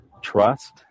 trust